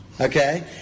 okay